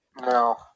No